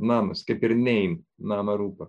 namas kaip ir nei nama rūbąrūpa